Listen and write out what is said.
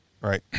right